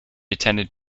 attended